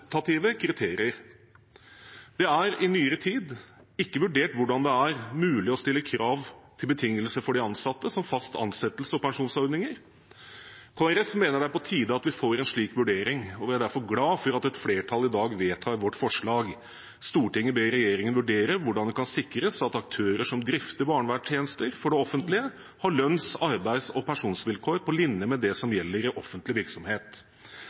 kriterier. Det er i nyere tid ikke vurdert hvordan det er mulig å stille krav til betingelser for de ansatte, som fast ansettelse og pensjonsordninger. Kristelig Folkeparti mener det er på tide at vi får en slik vurdering, og vi er derfor glade for at et flertall i dag vedtar vårt forslag: «Stortinget ber regjeringen vurdere hvordan det kan sikres at aktører som drifter barnevernstjenester for det offentlige, har lønns-, arbeids- og pensjonsvilkår på linje med det som